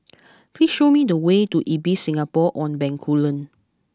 please show me the way to Ibis Singapore on Bencoolen